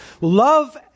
Love